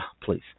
please